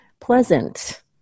pleasant